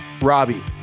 Robbie